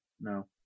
no